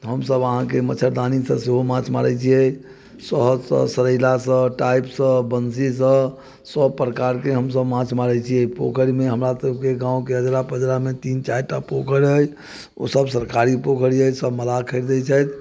हमसब अहाँके मच्छरदानीसँ सेहो माछ मारै छिए सहथसँ सेहो सरैलासँ टापसँ बन्सीसँ सब प्रकारके हमसब माछ मारै छिए पोखरिमे हमरासबके गामके अजरा पँजरामे तीन चारिटा पोखरि अइ ओसब सरकारी पोखरि अइ सब मल्लाह खरीदै छथि